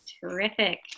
Terrific